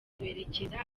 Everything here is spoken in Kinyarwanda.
berekeza